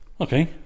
Okay